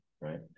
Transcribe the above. Right